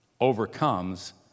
overcomes